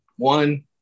One